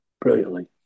brilliantly